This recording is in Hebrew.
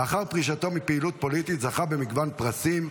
לאחר פרישתו מפעילות פוליטית זכה במגוון פרסים,